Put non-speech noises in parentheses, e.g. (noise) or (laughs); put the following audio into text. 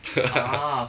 (laughs)